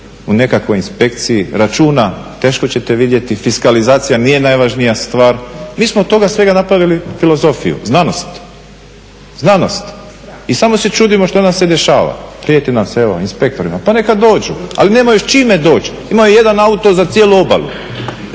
u nekakvoj inspekciji računa. Teško ćete vidjeti, fiskalizacija nije najvažnija stvar. Mi smo od toga svega napravili filozofiju, znanost. Znanost. I samo se čudimo što nam se dešava. Prijeti nam se evo inspektorima, pa neka dođu ali nemaju s čime doći. Imaju jedan auto za cijelu obalu.